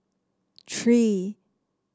three